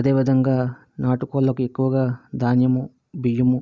అదే విధంగా నాటుకోళ్ళకి ఎక్కువుగా ధాన్యము బియ్యము